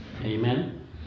Amen